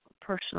personal